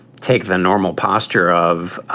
take the normal posture of,